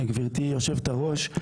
גבירתי יושבת-הראש,